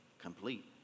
complete